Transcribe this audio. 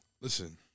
Listen